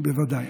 בוודאי.